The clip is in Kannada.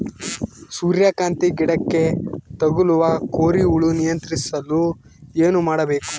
ಸೂರ್ಯಕಾಂತಿ ಗಿಡಕ್ಕೆ ತಗುಲುವ ಕೋರಿ ಹುಳು ನಿಯಂತ್ರಿಸಲು ಏನು ಮಾಡಬೇಕು?